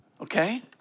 Okay